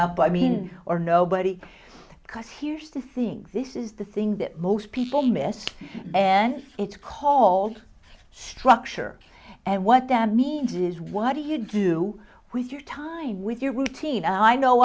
up i mean or nobody because here's the thing this is the thing that most people missed and it's called structure and what that means is what do you do with your time with your routine and i know